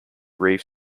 reef